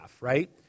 Right